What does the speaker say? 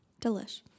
Delish